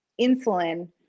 insulin